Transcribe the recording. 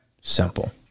Simple